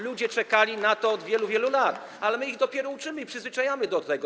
Ludzie czekali na to od wielu, wielu lat, ale my ich dopiero uczymy i przyzwyczajamy do tego.